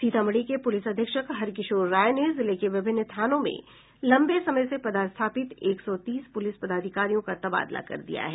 सीतामढ़ी के पुलिस अधीक्षक हरकिशोर राय ने जिले के विभिन्न थानों में लम्बे समय से पदस्थापित एक सौ तीस पूलिस पदाधिकारियों का तबादला कर दिया है